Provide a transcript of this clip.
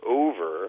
over